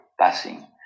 passing